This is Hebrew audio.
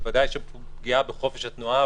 בוודאי של פגיעה בחופש התנועה,